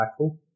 impactful